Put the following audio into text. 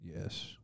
Yes